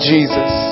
Jesus